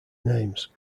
names